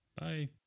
Bye